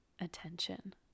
Attention